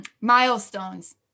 Milestones